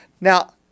Now